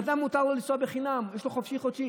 אדם, מותר לו לנסוע בחינם, יש לו חופשי-חודשי.